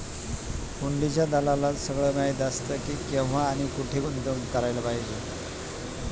हुंडीच्या दलालाला सगळं माहीत असतं की, केव्हा आणि कुठे गुंतवणूक करायला पाहिजे